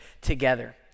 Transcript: together